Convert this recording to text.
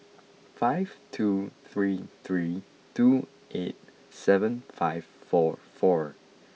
five two three three two eight seven five four four